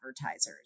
advertisers